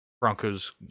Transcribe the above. Broncos